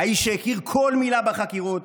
האיש שהכיר כל מילה בחקירות,